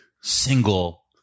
single